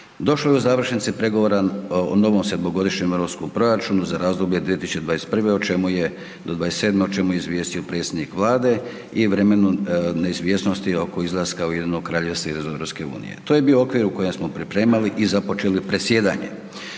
Došlo je u završnici pregovora o novom sedmogodišnjem europskom proračunu za razdoblje 2021. o čemu je, do '27., o čemu je izvijestio predsjednik Vlade i vremenu neizvjesnosti oko izlaska Ujedinjenog Kraljevstva iz EU. To je bio okvir u kojem smo pripremali i započeli predsjedanje.